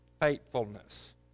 faithfulness